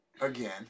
again